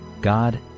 God